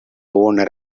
owner